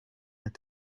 that